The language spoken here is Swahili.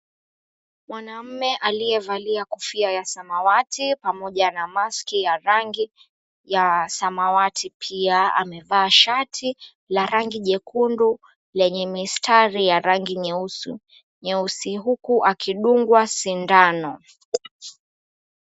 Mwanamme aliyevalia kofia ya samawati pamoja na maski ya rangi ya samawati pia amevaa shati la rangi jekundu lenye mistari ya rangi nyeusi, huku akidungwa sindano.